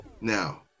Now